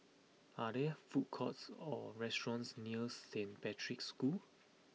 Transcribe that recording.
are there food courts or restaurants near Saint Patrick's School